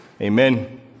Amen